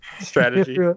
strategy